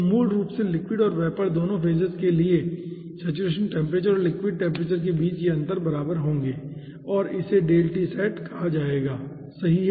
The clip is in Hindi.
तो मूल रूप से लिक्विड और वेपर दोनों फेजेज के लिए सेचुरेशन टेम्परेचर और लिक्विड टेम्परेचर के बीच ये अंतर बराबर होंगे और इसे कहा जाएगा सही है